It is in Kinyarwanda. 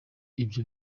ibyo